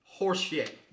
Horseshit